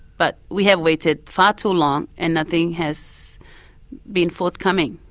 but we have waited far too long, and nothing has been forthcoming.